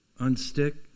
unstick